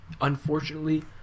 Unfortunately